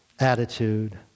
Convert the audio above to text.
attitude